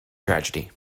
tragedy